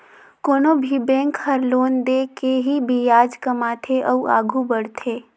कोनो भी बेंक हर लोन दे के ही बियाज कमाथे अउ आघु बड़थे